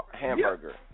hamburger